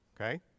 Okay